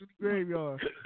graveyard